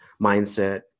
mindset